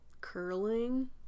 Curling